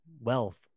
wealth